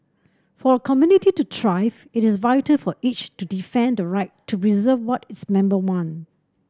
for a community to thrive it is vital for each to defend the right to preserve what its member want